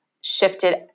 shifted